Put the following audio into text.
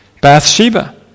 Bathsheba